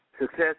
success